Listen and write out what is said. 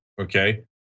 Okay